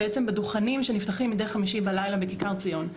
בדוכנים שנפתחים מידי חמישי בלילה בכיכר ציון,